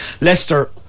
Leicester